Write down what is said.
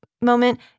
moment